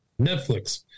Netflix